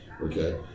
Okay